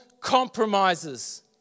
compromises